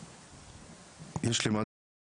יש למד"א גם